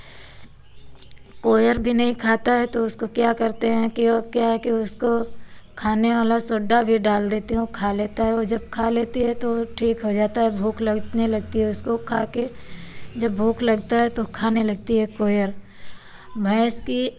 कोयर भी नहीं खाता है तो उसको क्या करते हैं की क्या है की उसको खाने वाला सोडा भी डाल देती हूँ खा लेता है जब खा लेती है तो ठीक हो जाता है भूख लगने लगती है उसको खाकर जब भूख लगता है तो कहने लगती है कोयल भैंस की